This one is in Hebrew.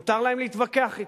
ומותר להם להתווכח אתי,